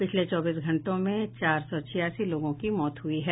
पिछले चौबीस घंटों में चार सौ इक्यासी लोगों की मौत हुई है